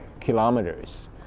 kilometers